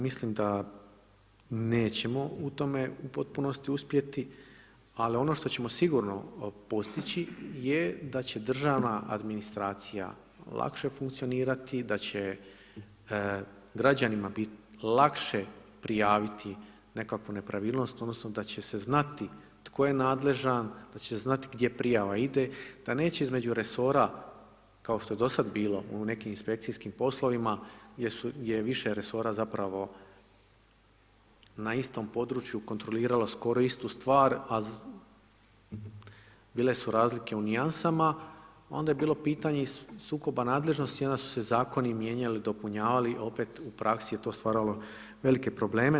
Mislim da nećemo u tome u potpunosti uspjeti, ali ono što ćemo sigurno postići je da će državna administracija lakše funkcionirati, da će građanima biti lakše prijaviti nekakvu nepravilnost odnosno da će se znati tko je nadležan, da će se znati gdje prijava ide, da neće između resora, kao što je do sada bilo u nekim inspekcijskim poslovima gdje je više resora zapravo na istom području kontrolirala skoro istu stvar, a bile su razlike u nijansama, onda je bilo pitanje i sukoba nadležnosti i onda su se zakoni mijenjali, dopunjavali, opet u praksi je to stvaralo velike probleme.